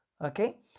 okay